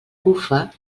bufa